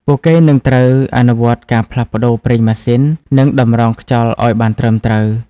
ពួកគេនឹងត្រូវអនុវត្តការផ្លាស់ប្តូរប្រេងម៉ាស៊ីននិងតម្រងខ្យល់ឱ្យបានត្រឹមត្រូវ។